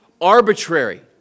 arbitrary